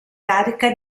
carica